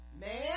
Man